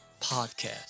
podcast